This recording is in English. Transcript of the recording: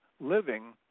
living